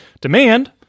Demand